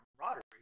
camaraderie